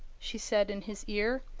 she said in his ear,